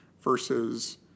versus